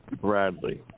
Bradley